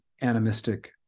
animistic